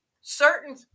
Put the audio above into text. certain